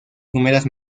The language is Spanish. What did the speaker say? primeras